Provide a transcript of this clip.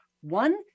One